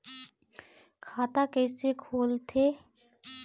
खाता कइसे खोलथें?